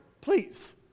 please